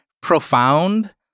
profound